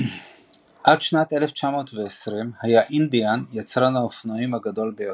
עד שנת 1920 היה אינדיאן יצרן האופנועים הגדול ביותר.